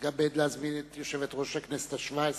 אני מתכבד להזמין את יושבת-ראש הכנסת השבע-עשרה,